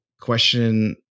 question